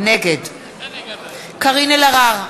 נגד קארין אלהרר,